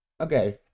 Okay